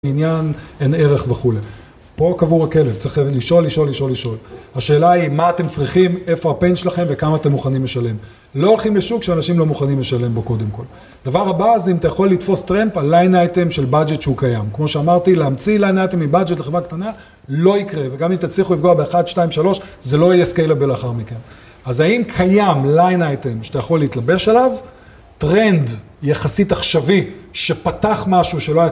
עניין, אין ערך וכולי. פה קבור הכלב, צריך להבין, לשאול, לשאול, לשאול, לשאול, השאלה היא מה אתם צריכים, איפה הפן שלכם וכמה אתם מוכנים לשלם. לא הולכים לשוק שאנשים לא מוכנים לשלם בו קודם כל. דבר הבא זה אם אתה יכול לתפוס טרמפ על ליין אייטם של budget שהוא קיים. כמו שאמרתי להמציא ליין אייטם מ budget לחברה קטנה לא יקרה וגם אם תצליחו לפגוע באחד, שתיים, שלוש זה לא יהיה scalable לאחר מכן. אז האם קיים ליין אייטם שאתה יכול להתלבש עליו? טרנד יחסית עכשווי שפתח משהו שלא היה